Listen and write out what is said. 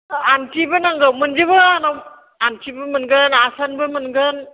आनथिबो नांगौ मोनजोबो आंनाव आनथिबो मोनगोन आसानबो मोनगोन